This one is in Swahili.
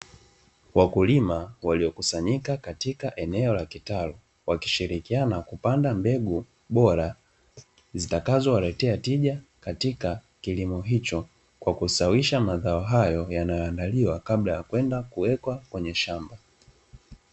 Wakulima waliokusanyika katika eneo la kitalu, wakishirikiana kupanda mbegu bora zitakazo waletea tija katika kilimo hicho, kwa kustawi mazao hayo yanayoandaliwa kabla ya kwenda kuwekwa kwenye shamba.